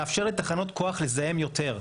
לאפשר לתחנות הכוח לזהם יותר.